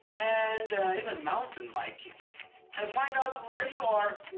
and even mountain biking and to find out where you are?